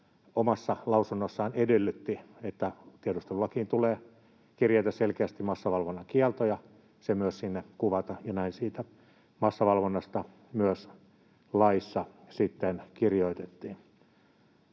omassa lausunnossaan, että tiedustelulakiin tulee kirjata selkeästi massavalvonnan kielto ja se myös sinne kuvata, ja näin massavalvonnasta myös laissa sitten kirjoitettiin.